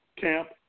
camp